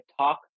talk